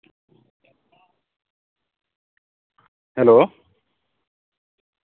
hello